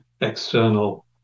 external